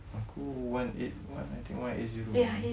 aku one eight one I think one eight zero